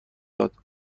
داد